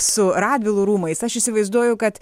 su radvilų rūmais aš įsivaizduoju kad